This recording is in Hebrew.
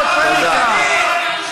עוד פניקה.